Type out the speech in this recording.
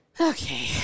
Okay